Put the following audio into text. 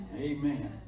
Amen